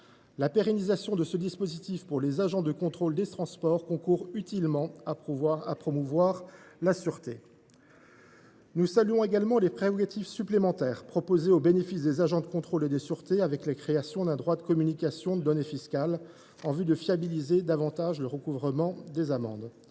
La pérennisation de ce dispositif pour les agents de contrôle des transports concourt utilement à promouvoir la sûreté. Nous saluons également les prérogatives supplémentaires qui seraient attribuées aux agents de contrôle et de sûreté, en particulier la création d’un droit de communication de données fiscales en vue de fiabiliser encore le recouvrement des amendes.